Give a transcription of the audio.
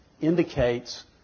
indicates